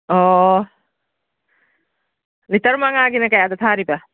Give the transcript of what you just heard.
ꯑꯣ ꯂꯤꯇꯔ ꯃꯉꯥꯒꯤꯅ ꯀꯌꯥꯗ ꯊꯥꯔꯤꯕ